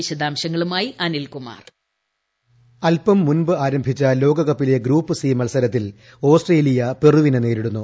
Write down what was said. വിശദാംശങ്ങളുമായി അന്നിൽകുമാർ വോയിസ് അൽപം മുമ്പ് ആരംഭിച്ച ലോകകപ്പിലെ ഗ്രൂപ്പ് സി മത്സരത്തിൽ ഓസ്ട്രേലിയ പെറുവിനെ നേരിടുന്നു